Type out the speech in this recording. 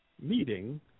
meeting